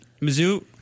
Mizzou